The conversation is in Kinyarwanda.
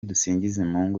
dusingizemungu